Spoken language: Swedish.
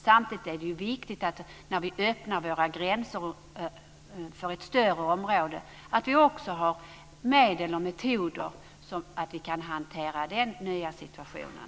Samtidigt är det viktigt att vi när vi öppnar våra gränser för ett större område också har medel och metoder så att vi kan hantera den nya situationen.